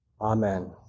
Amen